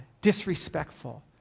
disrespectful